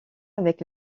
avec